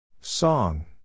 Song